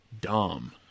dumb